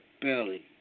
belly